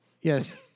Yes